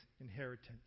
inheritance